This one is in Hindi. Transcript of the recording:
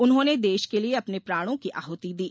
उन्होंने देश के लिए अपने प्राणों की आहूति दी